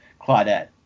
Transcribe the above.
Claudette